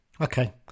Okay